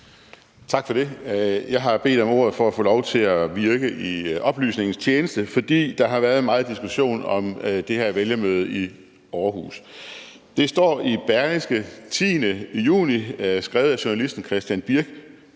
Tak for det. Jeg har bedt om ordet for at få lov til at virke i oplysningens tjeneste, fordi der har været meget diskussion om det her vælgermøde i Aarhus. Det står i en artikel i Berlingske den 10. juni 2019, skrevet af journalisten Christian Birk.